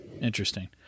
Interesting